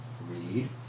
Read